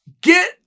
get